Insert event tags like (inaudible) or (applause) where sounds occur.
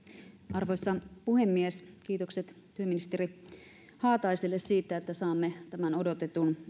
arvoisa puhemies kiitokset työministeri haataiselle siitä että saamme tämän odotetun (unintelligible)